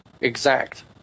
exact